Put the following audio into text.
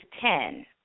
ten